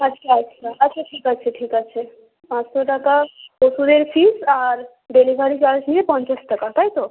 আচ্ছা আচ্ছা আচ্ছা ঠিক আছে ঠিক আছে পাঁচশো টাকা ওষুধের ফিস আর ডেলিভারি চার্জ নিয়ে পঞ্চাশ টাকা তাই তো